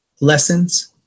lessons